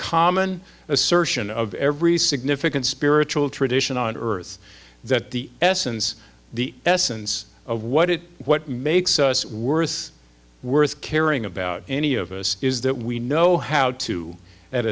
common assertion of every significant spiritual tradition on earth that the essence the essence of what it what makes us worth worth caring about any of us is that we know how to at